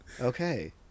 Okay